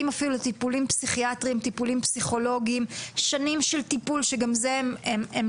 להגיע אפילו לטיפולים פסיכיאטרים ופסיכולוגים במשך שנים שמהם לא